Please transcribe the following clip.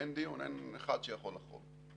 אין דיון, אין אחד שיכול לחרוג.